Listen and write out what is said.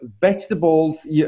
vegetables